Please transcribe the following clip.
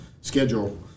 schedule